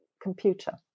computer